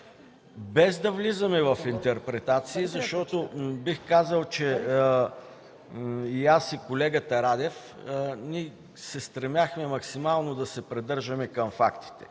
Без да влизаме в интерпретации, защото и аз, и колегата Радев се стремяхме максимално да се придържаме към фактите,